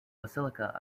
basilica